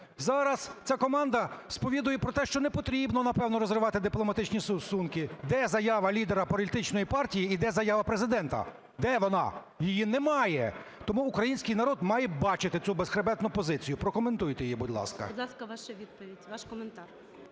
Зараз ця команда сповідує про те, що непотрібно, напевно, розривати дипломатичні стосунки. Де заява лідера політичної партії і де заява Президента? Де вона? Її немає! Тому український народ має бачити цю безхребетну позицію. Прокоментуйте її, будь ласка. ГОЛОВУЮЧИЙ. Будь ласка, ваша відповідь, ваш коментар.